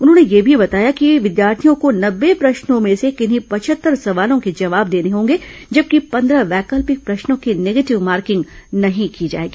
उन्होंने यह भी बताया कि विद्यार्थियों को नब्बे प्रश्नों में से किन्ही पचहत्तर सवालों के जवाब देने होंगे जबकि पन्द्रह वैकल्पिक प्रश्नों की नेगेटिव मार्किंग नहीं की जाएगी